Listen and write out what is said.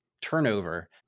turnover